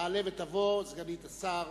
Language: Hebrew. תעלה ותבוא סגנית השר